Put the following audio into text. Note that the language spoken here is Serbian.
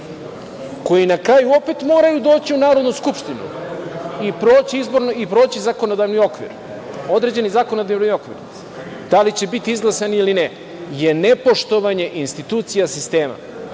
koji na kraju opet moraju doći u Narodnu skupštinu i proći određeni zakonodavni okvir, da li će biti izglasani ili ne je nepoštovanje institucija sistema.